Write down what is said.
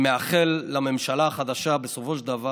חבר הכנסת עמיר